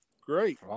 Great